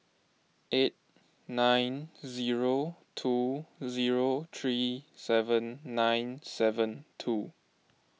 eight nine zero two zero three seven nine seven two